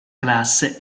classe